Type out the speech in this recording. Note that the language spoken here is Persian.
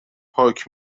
پاک